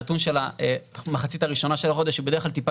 הנתון של המחצית הראשונה של החודש הוא בדרך כלל טיפה